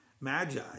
magi